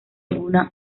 alguna